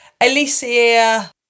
Alicia